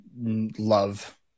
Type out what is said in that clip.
love